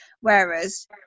whereas